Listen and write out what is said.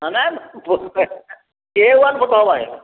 ନା ଏ one photo ହେବ ଆଜ୍ଞା